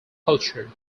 culture